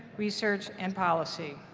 research and policy.